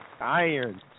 Iron